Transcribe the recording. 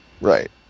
right